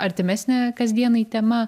artimesnė kasdienai tema